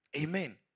Amen